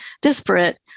disparate